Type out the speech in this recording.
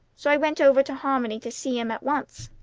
so i went over to harmony to see him at once.